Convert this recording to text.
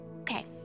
Okay